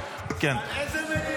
על איזו מדינה דיברת?